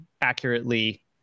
accurately